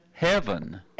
Heaven